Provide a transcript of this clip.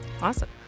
Awesome